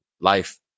life